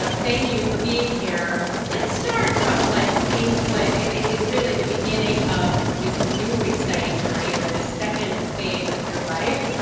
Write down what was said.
ah thank you for being here. let's start from what seemed, what is really the beginning of this new exciting journey or the second phase of your life,